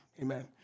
Amen